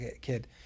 kid